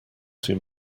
too